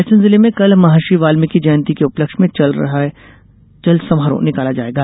रायसेन जिले में कल महर्षि वाल्मिकी जयंती के उपलक्ष में चल समारोह निकाला जायेगा